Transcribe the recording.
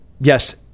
Yes